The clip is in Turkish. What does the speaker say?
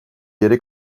geri